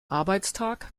arbeitstag